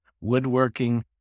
woodworking